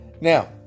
Now